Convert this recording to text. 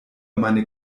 meine